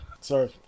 Sorry